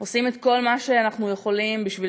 עושים את כל מה שאנחנו יכולים בשביל